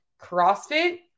CrossFit